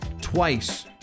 twice